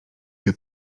que